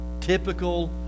typical